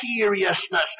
seriousness